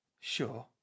sure